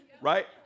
right